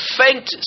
faint